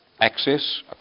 access